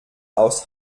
aus